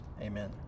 Amen